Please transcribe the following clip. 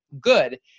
Good